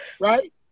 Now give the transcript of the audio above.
right